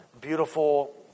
beautiful